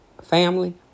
family